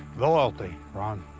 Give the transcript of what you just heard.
loyalty, ron.